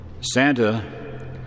Santa